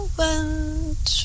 went